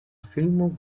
filmo